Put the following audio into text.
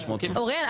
אוריאל,